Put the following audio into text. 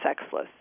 sexless